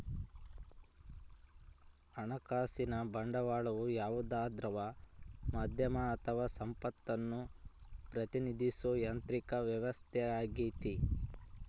ಹಣಕಾಸಿನ ಬಂಡವಾಳವು ಯಾವುದೇ ದ್ರವ ಮಾಧ್ಯಮ ಅಥವಾ ಸಂಪತ್ತನ್ನು ಪ್ರತಿನಿಧಿಸೋ ಯಾಂತ್ರಿಕ ವ್ಯವಸ್ಥೆಯಾಗೈತಿ